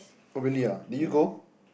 oh really ah did you go